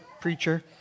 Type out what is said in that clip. preacher